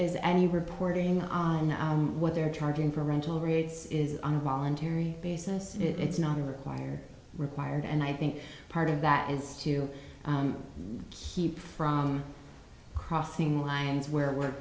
is any reporting on what they're charging for rental rates is on a voluntary basis it's not required required and i think part of that is to keep from crossing lines where we're